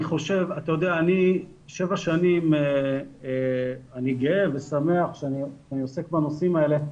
אני שבע שנים גאה ושמח שאני עוסק בנושאים האלה.